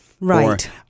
Right